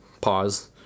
pause